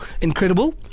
incredible